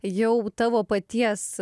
jau tavo paties